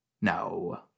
no